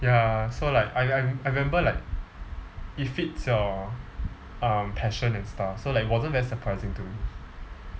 ya so like I I I remember like it fits your um passion and stuff so like it wasn't very surprising to me